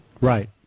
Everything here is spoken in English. Right